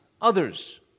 others